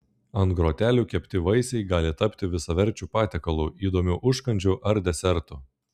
ant grotelių kepti vaisiai gali tapti visaverčiu patiekalu įdomiu užkandžiu ar desertu